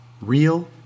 Real